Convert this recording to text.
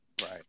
Right